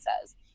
says